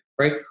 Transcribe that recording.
right